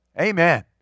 Amen